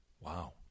wow